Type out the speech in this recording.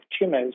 tumors